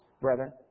brethren